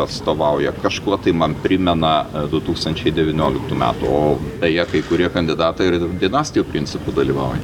atstovauja kažkuo tai man primena du tūkstančiai devynioliktų metų o beje kai kurie kandidatai ir dinastijų principu dalyvauja